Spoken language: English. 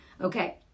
okay